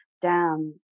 down